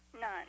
none